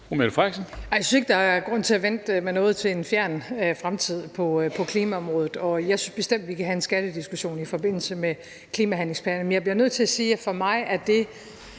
Jeg synes ikke, der er grund til at vente med noget til en fjern fremtid på klimaområdet, og jeg synes bestemt, at vi kan have en skattediskussion i forbindelse med klimahandlingsplaner. Men jeg bliver nødt til at sige, at for mig er det